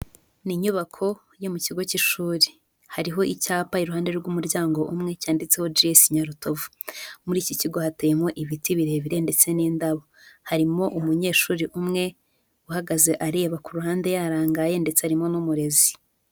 Ni inyubako yo mu kigo cy'ishuri, hariho icyapa iruhande rw'umuryango umwe cyanditseho G.S Nyarutovu. Muri iki kigo hateyemo ibiti birebire ndetse n'indabo, harimo umunyeshuri umwe uhagaze areba ku ruhande yarangaye ndetse harimo n'umurezi.